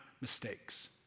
mistakes